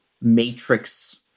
matrix